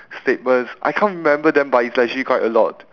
statements I can't remember them but it's actually quite a lot